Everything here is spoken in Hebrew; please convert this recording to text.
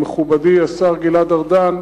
מכובדי השר גלעד ארדן,